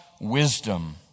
wisdom